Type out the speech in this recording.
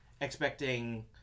expecting